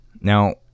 Now